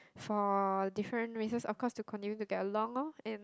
for different races of course to continue to get along lor and